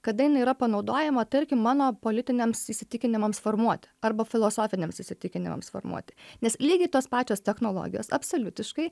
kada jinai yra panaudojama tarkim mano politiniams įsitikinimams formuoti arba filosofiniams įsitikinimams formuoti nes lygiai tos pačios technologijos absoliutiškai